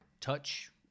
touch